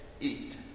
eat